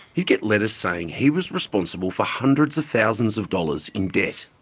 he'd get letters saying he was responsible for hundreds of thousands of dollars in debt.